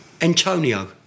Antonio